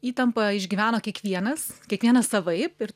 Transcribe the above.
įtampą išgyveno kiekvienas kiekvienas savaip ir